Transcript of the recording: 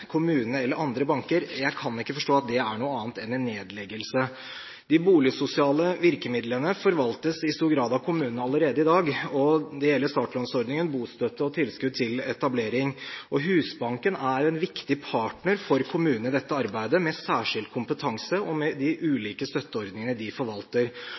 banker kan jeg ikke forstå er noe annet enn en nedleggelse. De boligsosiale virkemidlene forvaltes i stor grad av kommunene allerede i dag – det gjelder startlånsordning, bostøtte og tilskudd til etablering. Husbanken er en viktig partner for kommunene i dette arbeidet, med særskilt kompetanse og med de ulike støtteordninger de forvalter.